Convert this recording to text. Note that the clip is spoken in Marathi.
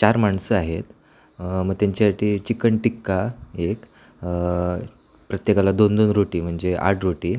चार माणसं आहेत मग त्यांच्यासाठी चिकन टिक्का एक प्रत्येकाला दोन दोन रोटी म्हणजे आठ रोटी